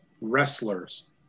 wrestlers